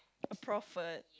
a prophet